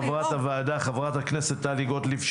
חברת הוועדה חברת הכנסת טלי גוטליב,